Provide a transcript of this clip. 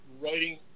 writing